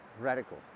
Radical